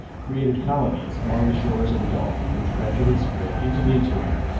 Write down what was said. created colonies along the shores of the gulf which gradually spread into the interior,